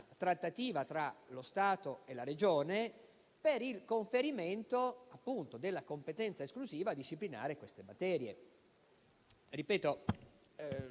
trattativa tra lo Stato e la Regione per il conferimento della competenza legislativa esclusiva in queste materie.